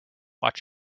watch